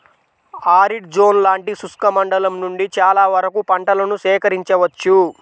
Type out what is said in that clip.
arid zone లాంటి శుష్క మండలం నుండి చాలా వరకు పంటలను సేకరించవచ్చు